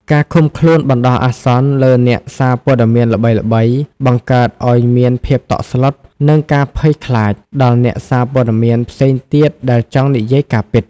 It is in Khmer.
ការឃុំខ្លួនបណ្តោះអាសន្នលើអ្នកសារព័ត៌មានល្បីៗ បង្កើតឱ្យមានភាពតក់ស្លុត និងការភ័យខ្លាចដល់អ្នកសារព័ត៌មានផ្សេងទៀតដែលចង់និយាយការពិត។